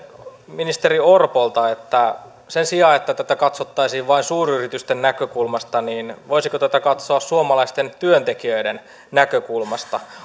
ministeri orpolta sen sijaan että tätä katsottaisiin vain suuryritysten näkökulmasta voisiko tätä katsoa suomalaisten työntekijöiden näkökulmasta